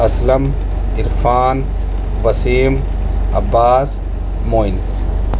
Aslam Irfan Wasim Abbas Moin